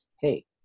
hey